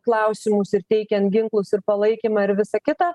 klausimus ir teikiant ginklus ir palaikymą ir visa kita